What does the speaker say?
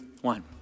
one